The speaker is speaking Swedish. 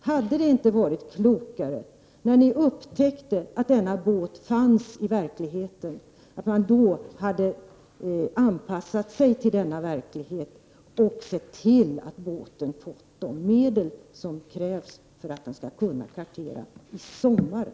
Hade det inte varit klokare att ni, när ni upptäckte att båten verkligen fanns, anpassat er till verkligheten genom att se till att båten fick de medel som behövdes för att den skulle kunna kartera den här sommaren?